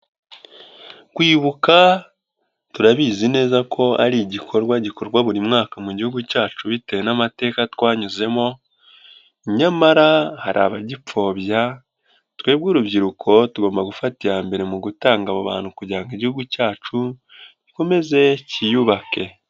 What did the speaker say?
Kwibuka turabizi neza ko ari igikorwa gikorwa buri mwaka mu gihugu cyacu bitewe n'amateka twanyuzemo, nyamara hari abagipfobya, twebwe urubyiruko tugomba gufata iya mbere mu gutanga abo bantu kugira ngo igihugu cyacu gikomeze cyiyubake.